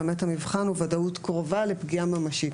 באמת המבחן הוא וודאות קרובה לפגיעה ממשית.